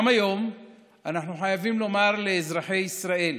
גם היום אנחנו חייבים לומר לאזרחי ישראל: